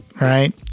right